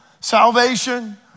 salvation